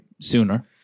sooner